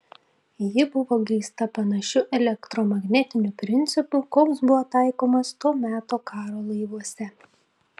ji buvo grįsta panašiu elektromagnetiniu principu koks buvo taikomas to meto karo laivuose